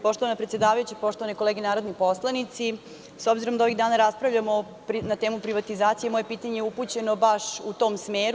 Poštovana predsednice, poštovani narodni poslanici, s obzirom da ovih dana raspravljamo na temu privatizacije, moje pitanje upućeno je baš u tom smeru.